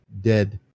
dead